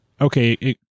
okay